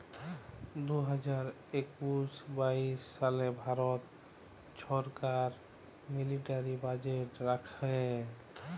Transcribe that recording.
দু হাজার একুশ বাইশ সালে ভারত ছরকার মিলিটারি বাজেট রাখে